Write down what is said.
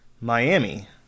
Miami